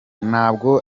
nabwo